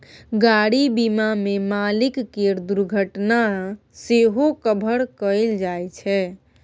गाड़ी बीमा मे मालिक केर दुर्घटना सेहो कभर कएल जाइ छै